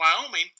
Wyoming